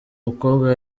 mukobwa